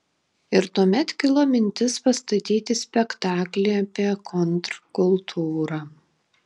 ir tuomet kilo mintis pastatyti spektaklį apie kontrkultūrą